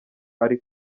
ari